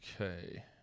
Okay